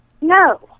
No